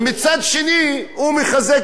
הוא מחזק את ההתנחלויות.